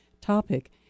topic